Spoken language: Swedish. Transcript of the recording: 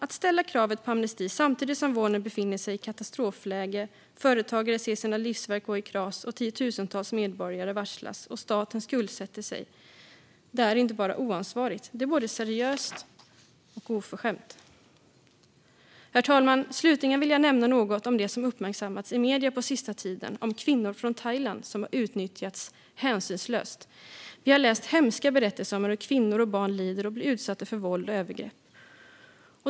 Att ställa kravet på amnesti samtidigt som vården befinner sig i katastrofläge, företagare ser sina livsverk gå i kras, tiotusentals medborgare varslas och staten skuldsätter sig är inte bara oansvarigt. Det är både oseriöst och oförskämt. Fru talman! Slutligen vill jag nämna något om det som uppmärksammats i medierna den senaste tiden om kvinnor från Thailand som utnyttjats hänsynslöst. Vi har läst hemska berättelser om hur kvinnor och barn lider och blir utsatta för våld och övergrepp.